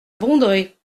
bondrée